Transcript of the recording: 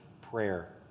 prayer